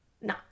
No